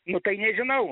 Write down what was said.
nu tai nežinau